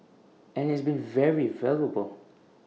and it's been very valuable